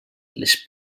les